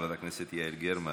חברת הכנסת יעל גרמן.